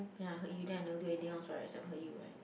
ya I heard you then I never do anything else right except for you right